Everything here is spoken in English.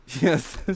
Yes